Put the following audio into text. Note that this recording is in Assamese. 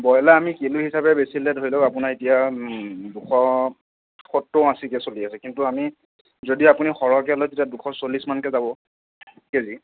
ব্ৰইলাৰ আমি কিলো হিচাপে বেচিলে ধৰি লওক আপোনাৰ এতিয়া দুশ সত্তৰ আশীকৈ চলি আছে কিন্তু আমি যদি আপুনি সৰহকৈ লয় তেতিয়া দুশ চল্লিছমানকৈ যাব কেজি